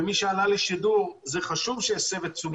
וחשוב שמי שעולה לשידור יסב את תשומת